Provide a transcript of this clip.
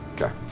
Okay